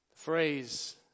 Phrase